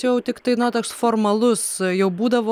čia jau tiktai na toks formalus jau būdavo